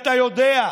אתה יודע.